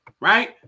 right